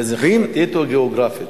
איזה, חברתית או גיאוגרפית?